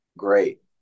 great